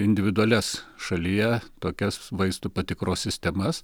individualias šalyje tokias vaistų patikros sistemas